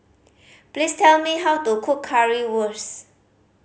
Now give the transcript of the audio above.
please tell me how to cook Currywurst